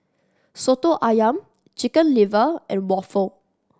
Soto Ayam Chicken Liver and waffle